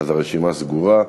אז הרשימה סגורה.